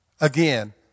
Again